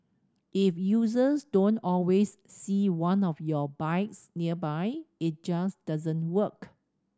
if users don't always see one of your bikes nearby it just doesn't work